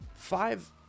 Five